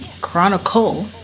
Chronicle